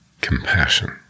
compassion